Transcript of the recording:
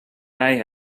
hij